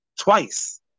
twice